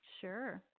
Sure